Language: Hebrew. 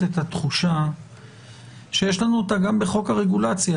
את התחושה שיש לנו אותה גם בחוק הרגולציה,